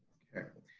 okay.